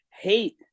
Hate